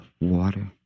water